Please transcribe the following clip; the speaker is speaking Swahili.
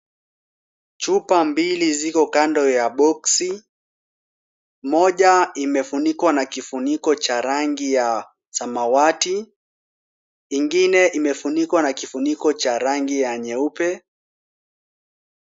Chupa mbili ziko kando ya box , moja imefunikwa na kifuniko cha rangi ya samawati, ingine imefunikwa na kifuniko cha rangi ya nyeupe.